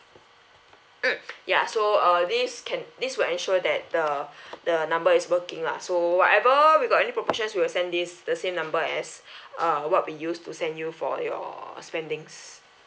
mm ya so uh this can this will ensure that the the number is working lah so whatever we got any promotions we will send this the same number as uh what we used to send you for your spendings